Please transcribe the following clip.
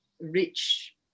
rich